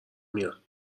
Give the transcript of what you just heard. میاد